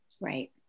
Right